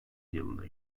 yılında